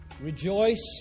Rejoice